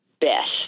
best